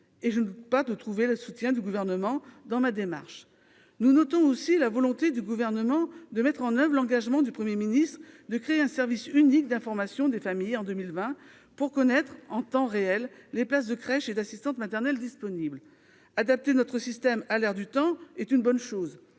Et je ne doute pas de trouver le soutien du Gouvernement dans ma démarche. Nous notons aussi la volonté du Gouvernement de mettre en oeuvre l'engagement du Premier ministre de créer un service unique d'information des familles en 2020 pour connaître en temps réel les places de crèches et d'assistants maternels disponibles. Adapter notre système à l'air du temps est une bonne chose.